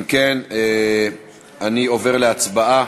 אם כן, אני עובר להצבעה